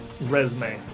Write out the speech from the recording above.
Resume